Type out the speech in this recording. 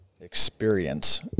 experience